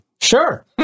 Sure